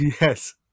Yes